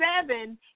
seven